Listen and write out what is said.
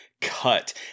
cut